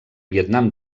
vietnam